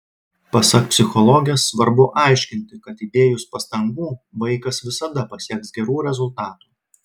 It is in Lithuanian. pasak psichologės svarbu aiškinti kad įdėjus pastangų vaikas visada pasieks gerų rezultatų